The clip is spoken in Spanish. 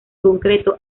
concreto